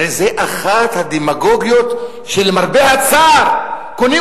הרי זו אחת הדמגוגיות שלמרבה הצער קונים